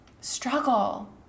struggle